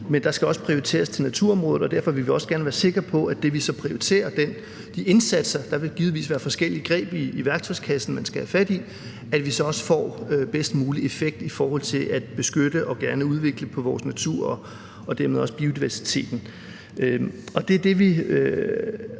men der skal også prioriteres til naturområdet, og derfor vil vi også gerne være sikre på, at vi med de indsatser, vi så prioriterer – der vil givetvis være forskellige redskaber i værktøjskassen, man skal have fat i – så også får bedst mulig effekt i forhold til at beskytte og også gerne udvikle på vores natur og dermed også biodiversiteten. Det er det, vi